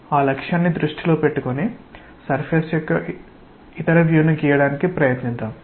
ఆ లక్ష్యాన్ని దృష్టిలో పెట్టుకుని సర్ఫేస్ యొక్క ఇతర వ్యూ ను గీయడానికి ప్రయత్నిద్దాం